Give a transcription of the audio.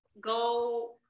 go